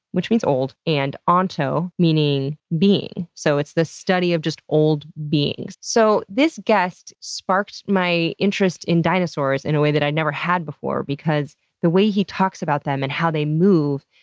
which means old, and onto, meaning being. so, it's the study of old beings. so this guest sparked my interest in dinosaurs in a way that i never had before because the way he talks about them and how they move,